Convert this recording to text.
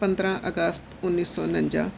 ਪੰਦਰਾਂ ਅਗਸਤ ਉੱਨੀ ਸੌ ਉਣੰਜਾ